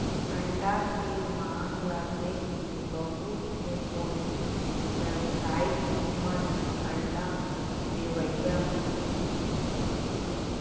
अंडा के मांग ल देखके बहुत से पोल्टी बेवसायी मन अंडा देवइया कुकरी पोसथें